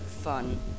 Fun